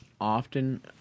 often